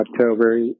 October